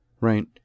right